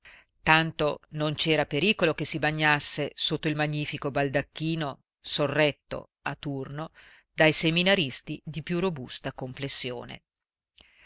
tanto non c'era pericolo che si bagnasse sotto il magnifico baldacchino sorretto a turno dai seminaristi di più robusta